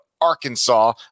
Arkansas